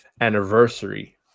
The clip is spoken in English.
anniversary